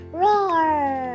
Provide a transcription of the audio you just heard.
roar